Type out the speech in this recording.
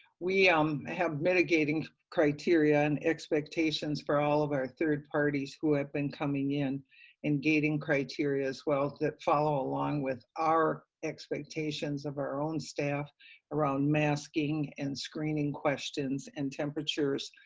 we um have mitigating criteria and expectations for all of our third parties who have been coming in and gating criteria as well that follow along with our expectations of our own staff around masking and screening questions and temperatures,